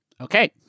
Okay